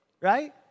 right